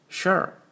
Sure